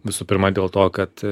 visų pirma dėl to kad